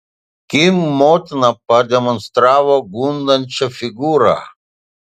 kim motina pademonstravo gundančią figūrą